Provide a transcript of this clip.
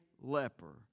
leper